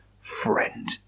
friend